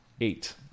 Eight